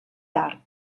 tard